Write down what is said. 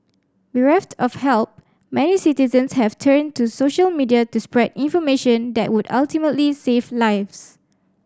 bereft of help many citizens have turned to social media to spread information that would ultimately save lives